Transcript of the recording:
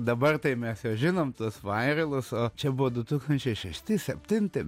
dabar tai mes juos žinom tuos vairelus o čia buvo du tūkstančiai šešti septinti